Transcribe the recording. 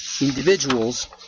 individuals